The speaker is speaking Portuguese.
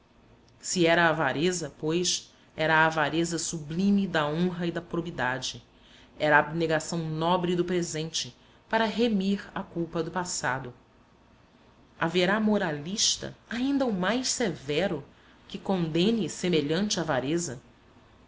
se era avareza pois era a avareza sublime da honra e da probidade era abnegação nobre do presente para remir a culpa do passado haverá moralista ainda o mais severo que condene semelhante avareza